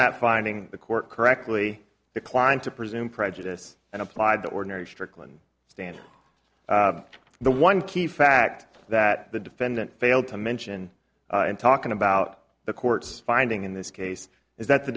that finding the court correctly declined to presume prejudice and applied the ordinary strickland standard to the one key fact that the defendant failed to mention and talking about the court's finding in this case is that the